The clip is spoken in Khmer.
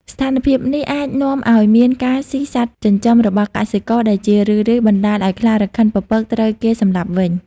ស្ថានភាពនេះអាចនាំឲ្យមាន ការស៊ីសត្វចិញ្ចឹមរបស់កសិករ ដែលជារឿយៗបណ្តាលឲ្យខ្លារខិនពពកត្រូវគេសម្លាប់វិញ។